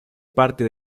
parte